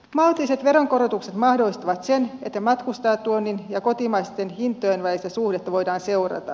maltilliset veronkorotukset mahdollistavat sen että matkustajatuonnin ja kotimaisten hintojen välistä suhdetta voidaan seurata